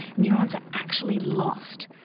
neurons are actually lost,